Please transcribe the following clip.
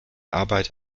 arbeit